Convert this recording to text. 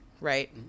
right